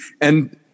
And-